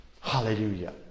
Hallelujah